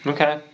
Okay